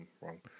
wrong